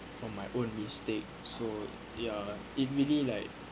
from my own mistakes so ya it really like